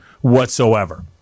whatsoever